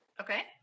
Okay